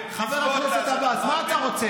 אמרתי לך: חבר הכנסת עבאס, מה אתה רוצה?